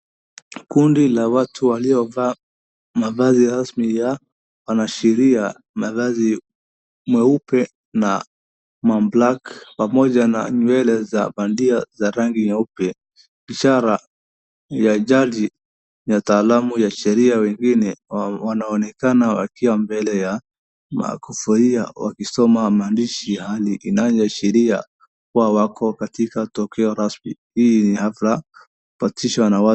Kundi la watu waliovaa mavazi rasmi ya wanasheria, mavazi meupe na black pamoja na nywele za bandia za rangi nyeupe, ishara ya jadi ya taalamu ya sheria. Wengine wanaonekana wakiwa mbele ya makusaiya wakisoma maandishi inayoashiria kuwa wako katika tokeo rasmi.